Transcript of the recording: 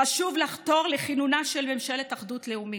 חשוב לחתור לכינונה של ממשלת אחדות לאומית.